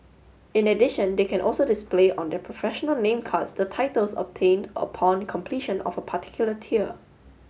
in addition they can also display on their professional name cards the titles obtained upon completion of a particular tier